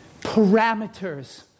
Parameters